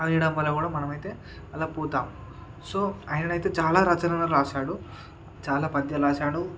అలా చేయడం వల్ల మనమైతే అలా పోతాం సో ఆయననైతే చాలా రచనలు వ్రాసాడు చాలా పద్యాలు వ్రాసాడు